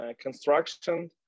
construction